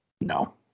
no